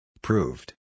Proved